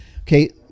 Okay